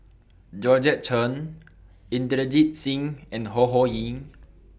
Georgette Chen Inderjit Singh and Ho Ho Ying